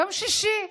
יום שישי.